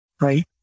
right